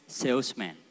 salesman